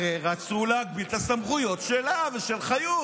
הרי רצו להגביל את הסמכויות שלה ושל חיות.